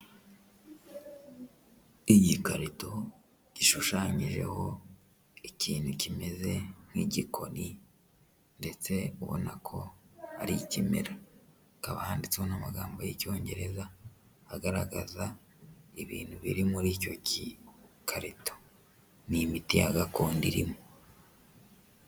Igikarito gishushanyijeho ikintu kimeze nk'igikoni ndetse ubona ko ari ikimera, hakaba handitseho n'amagambo y'Icyongereza agaragaza ibintu biri muri icyo gikarito, ni imiti ya gakondo irimo.